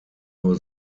nur